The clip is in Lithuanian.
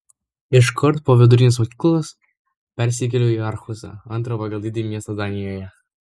iškart po vidurinės mokyklos persikėliau į arhusą antrą pagal dydį miestą danijoje